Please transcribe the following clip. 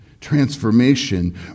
transformation